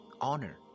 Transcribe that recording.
honor